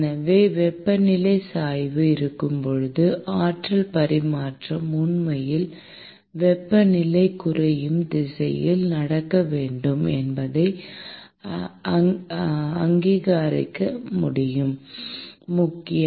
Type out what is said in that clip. எனவே வெப்பநிலை சாய்வு இருக்கும் போது ஆற்றல் பரிமாற்றம் உண்மையில் வெப்பநிலை குறையும் திசையில் நடக்க வேண்டும் என்பதை அங்கீகரிக்க முக்கியம்